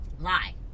Lie